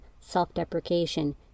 self-deprecation